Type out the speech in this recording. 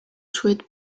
souhaite